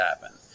happen